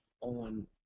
on